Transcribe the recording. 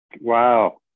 Wow